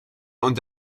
und